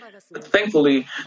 Thankfully